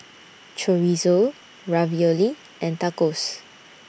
Chorizo Ravioli and Tacos